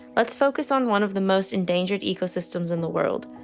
let's focus on one of the most endangered ecosystems in the world,